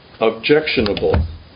Objectionable